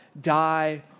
die